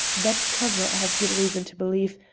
that cover, i have good reason to believe,